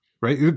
right